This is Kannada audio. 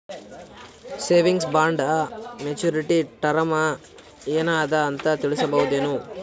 ಸೇವಿಂಗ್ಸ್ ಬಾಂಡ ಮೆಚ್ಯೂರಿಟಿ ಟರಮ ಏನ ಅದ ಅಂತ ತಿಳಸಬಹುದೇನು?